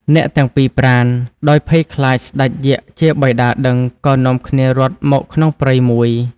អ្នកទាំងពីរប្រាណ ដោយភ័យខ្លាចស្ដេចយក្ខជាបិតាដឹង ក៏នាំគ្នារត់មកក្នុងព្រៃមួយ។